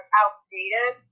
outdated